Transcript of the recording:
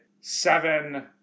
seven